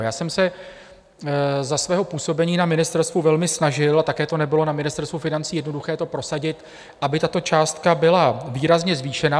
Já jsem se za svého působení na ministerstvu velmi snažil, a také nebylo na Ministerstvu financí jednoduché to prosadit, aby tato částka byla výrazně zvýšena.